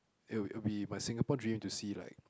it will it will be my Singapore dream to see like